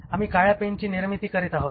आम्ही काळ्या पेनची निर्मिती करीत आहोत